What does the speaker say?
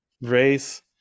race